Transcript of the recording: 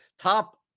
top